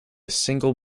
single